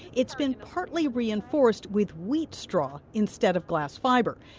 it's been partly reinforced with wheat straw instead of glass fiber.